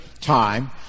time